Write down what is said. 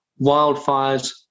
Wildfires